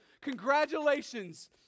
congratulations